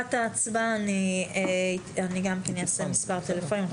לקראת ההצבעה אני גם אעשה מספר טלפונים.